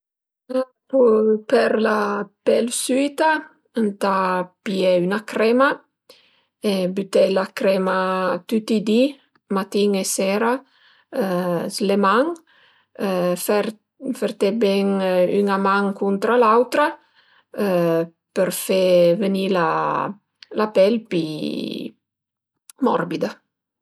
Për la pel süita ëntà pìé üna crema e büté la crema tüti i di matin e sera s'le man, fër fërti ben üna man cuntra l'autra per fe veni la pel pi morbida